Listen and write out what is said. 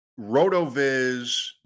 Rotoviz